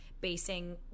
basing